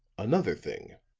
another thing,